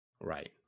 right